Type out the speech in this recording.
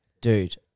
Dude